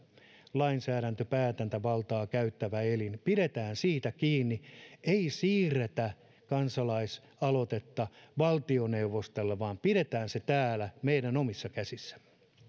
lainsäädäntöpäätäntävaltaa käyttävä elin pidetään siitä kiinni ei siirretä kansalaisaloitetta valtioneuvostolle vaan pidetään se täällä meidän omissa käsissämme